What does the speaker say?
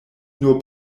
nur